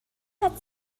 hat